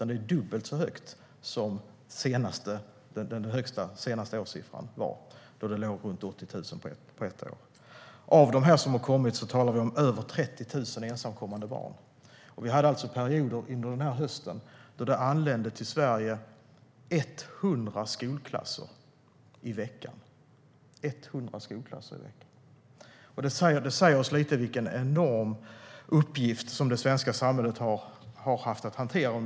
Det är dubbelt så högt som den senaste högsta årssiffran som låg runt 80 000 på ett år. Av de som har kommit är över 30 000 ensamkommande barn. Under hösten hade vi perioder då 100 skolklasser i veckan anlände till Sverige - 100 skolklasser i veckan. Det säger lite om vilken enorm uppgift det svenska samhället har behövt hantera under hösten.